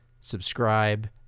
subscribe